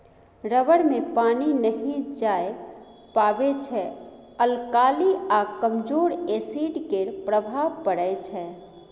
rubber मे पानि नहि जाए पाबै छै अल्काली आ कमजोर एसिड केर प्रभाव परै छै